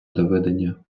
доведення